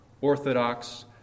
orthodox